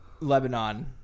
Lebanon